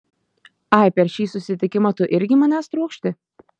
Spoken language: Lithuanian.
ai per šį susitikimą tu irgi manęs trokšti